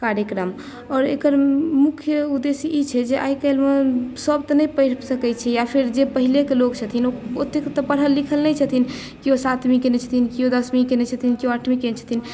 कार्यक्रम आओर एकर मुख्य उदेश्य ई छै जे आइ काल्हि मे सभ तऽ नहि पढ़ि सकै छथिन या फिर जे पहिलेकेँ लोक छथिन ओ ओतेक तऽ पढ़ल लिखल नहि छथिन केओ सातवीं कयने छथिन केओ दशवीं कयने छथिन केओ आठवी कयने छथिन